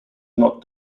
not